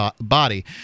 body